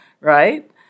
right